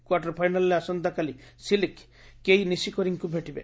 quarter ଫାଇନାଲ୍ରେ ଆସନ୍ତାକାଲି Cilic Kei ନିଶିକୋରୀଙ୍କୁ ଭେଟିବେ